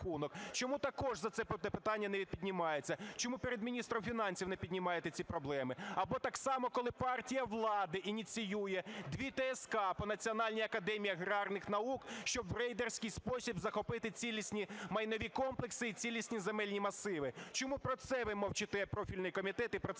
Чому також це питання не піднімається? Чому перед міністром фінансів не піднімаєте ці проблеми? Або так само, коли партія влади ініціює дві ТСК по Національній академії аграрних наук, щоб в рейдерський спосіб захопити цілісні майнові комплекси і цілісні земельні масиви? Чому про це ви мовчите, профільний комітет, і про це нічого не